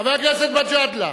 חבר הכנסת מג'אדלה.